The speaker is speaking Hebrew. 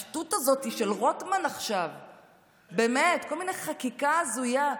השטות הזאת של רוטמן, באמת, כל מיני חקיקה הזויה.